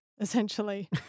essentially